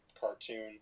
cartoon